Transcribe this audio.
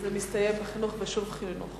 וזה מסתיים בחינוך, ושוב חינוך.